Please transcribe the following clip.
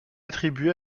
attribué